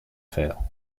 fail